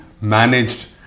managed